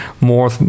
more